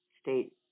state